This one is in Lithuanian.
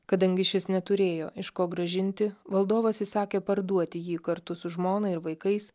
kadangi išvis neturėjo iš ko grąžinti valdovas įsakė parduoti jį kartu su žmona ir vaikais